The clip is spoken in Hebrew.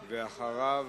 אחריו,